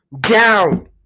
down